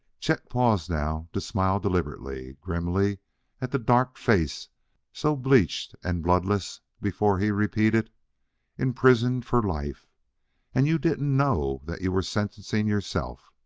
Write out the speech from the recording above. chet paused now, to smile deliberately, grimly at the dark face so bleached and bloodless, before he repeated imprisonment for life and you didn't know that you were sentencing yourself.